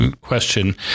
question